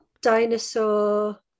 dinosaur